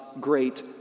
great